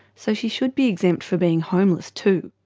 so she should be exempt for being homeless too.